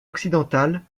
occidentale